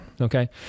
okay